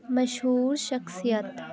مشہور شخصیت